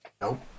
Nope